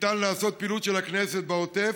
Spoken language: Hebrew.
ניתן לעשות פעילות של הכנסת בעוטף,